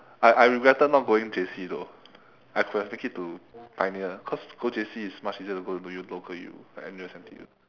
I I regretted not going J_C though I could have make it to pioneer cause go J_C is much easier to go to U local U like N_U_S N_T_U